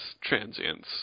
transients